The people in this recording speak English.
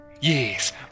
Yes